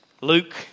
Luke